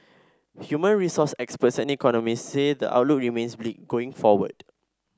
human resource experts and economists say the outlook remains bleak going forward